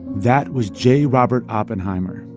that was j. robert oppenheimer,